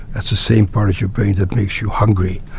that's the same part of your brain that makes you hungry,